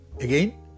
again